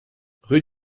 rue